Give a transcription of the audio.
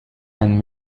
and